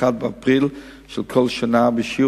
1. מדוע